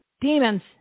demons